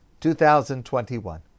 2021